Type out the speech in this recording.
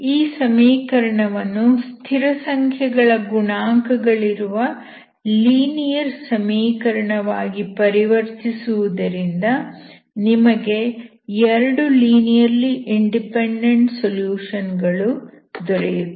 ಈ ಸಮೀಕರಣವನ್ನು ಸ್ಥಿರ ಸಂಖ್ಯೆಗಳ ಗುಣಾಂಕಗಳಿರುವ ಲೀನಿಯರ್ ಸಮೀಕರಣವಾಗಿ ಪರಿವರ್ತಿಸುವುದರಿಂದ ನಿಮಗೆ 2 ಲೀನಿಯರ್ಲಿ ಇಂಡಿಪೆಂಡೆಂಟ್ ಸೊಲ್ಯೂಷನ್ ಗಳು ದೊರೆಯುತ್ತವೆ